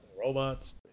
Robots